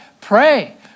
Pray